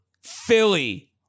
Philly